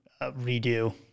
redo